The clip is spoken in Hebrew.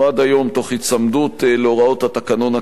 תוך היצמדות להוראות התקנון הקיים.